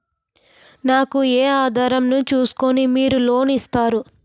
నాకు ఏ ఆధారం ను చూస్కుని మీరు లోన్ ఇస్తారు?